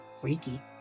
Freaky